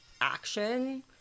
action